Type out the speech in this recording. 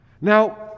Now